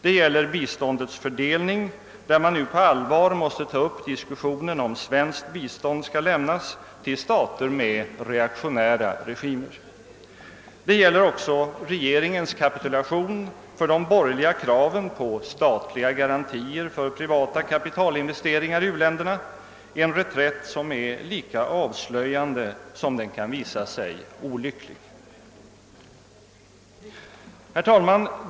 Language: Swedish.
Det gäller biståndets fördelning, där nu på allvar måste tas upp diskussionen huruvida svenskt bistånd skall lämnas till stater med reaktionära regimer. Det gäller också regeringens kapitulation inför de borgerliga kraven på statliga garantier för privata kapitalinvesteringar i u-länderna — en reträtt som är lika avslöjande som den kan visa sig olycklig. Herr talman!